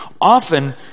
Often